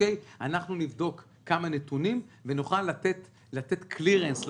אנחנו נבדוק כמה נתונים ונוכל לתת "קלירנס".